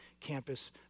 Campus